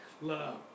Love